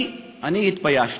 אני התביישתי.